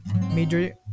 major